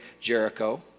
Jericho